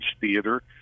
Theater